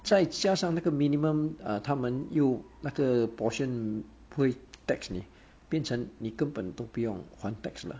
再加上那个 minimum err 他们又那个 portion 会 tax 你变成你都不用还 tax 了